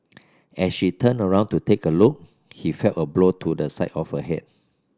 as she turned around to take a look he felt a blow to the side of her head